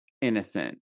innocent